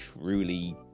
truly